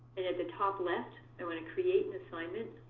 and at the top left, i want to create an assignment.